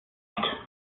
nicht